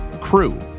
Crew